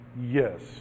Yes